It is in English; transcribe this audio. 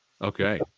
Okay